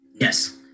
Yes